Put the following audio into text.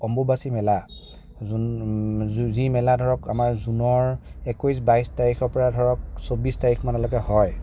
অম্বুবাচী মেলা যি মেলা ধৰক আমাৰ জুনৰ একৈশ বাইশ তাৰিখৰ পৰা ধৰক চৌব্বিশ তাৰিখমানলেকে হয়